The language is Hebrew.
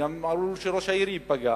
וגם עלול להיות שראש העיר ייפגע,